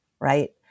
Right